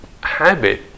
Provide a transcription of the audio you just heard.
habit